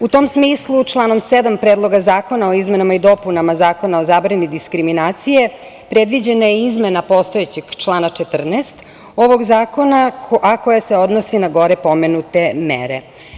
U tom smislu članom 7. Predloga zakona o izmenama i dopunama Zakona o zabrani diskriminacije predviđena je izmena postojećeg člana 14. ovog zakona, a koja se odnosi na gore pomenute mere.